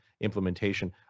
implementation